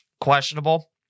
questionable